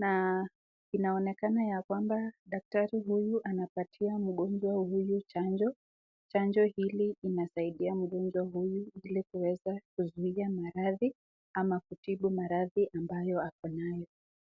na inaonekana yakwamba daktari huyu anapatia mgonjwa huyu chanjo, chanjo hili inasaidia mgonjwa huyu ili kuweza kumuzuia maradhi ama kutibu maradhi ambayo ako nayo.